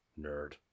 Nerd